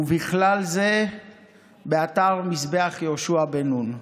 ובכלל זה באתר מזבח יהושע בן נון.